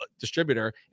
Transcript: distributor